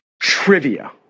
trivia